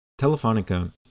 Telefonica